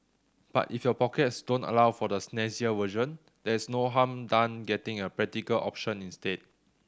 but if your pockets don't allow for the snazzier version there is no harm done getting a practical option instead